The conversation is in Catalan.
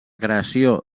creació